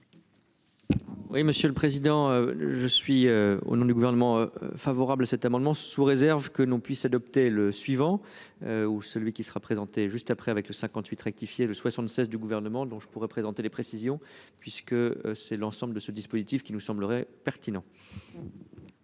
Oui, monsieur le président. Je suis au nom du gouvernement favorable à cet amendement, sous réserve que l'on puisse adopter le suivant. Ou celui qui sera présenté juste après avec 58 rectifié le 76 du gouvernement dont je pourrais présenter les précisions puisque c'est l'ensemble de ce dispositif qui nous semblerait pertinent.--